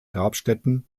grabstätten